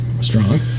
Strong